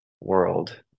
world